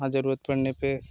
वहाँ जरूरत पड़ने पर